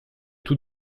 tout